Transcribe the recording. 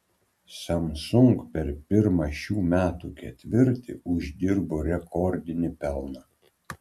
samsung per pirmą šių metų ketvirtį uždirbo rekordinį pelną